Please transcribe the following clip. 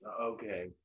okay